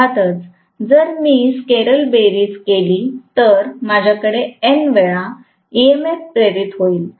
अर्थात जर मी स्केलर बेरीज केली तर माझ्याकडे N वेळा ईएमएफ प्रेरित होईल